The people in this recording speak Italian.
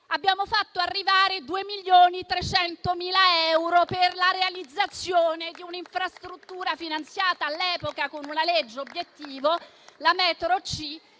abbiamo fatto arrivare 2,3 milioni euro per la realizzazione di un'infrastruttura finanziata all'epoca con una legge obiettivo